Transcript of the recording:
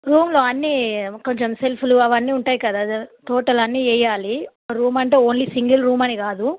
రూమ్లో అన్నీ కొంచెం సెల్ఫులు అవన్నీ ఉంటాయి కదా దా టోటల్ అవన్నీ వెయ్యాలి రూమ్ అంటే ఓన్లీ సింగిల్ రూమ్ అని కాదు